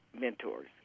mentors